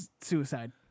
suicide